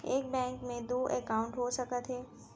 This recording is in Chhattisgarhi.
एक बैंक में दू एकाउंट हो सकत हे?